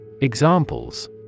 Examples